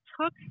took